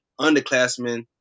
underclassmen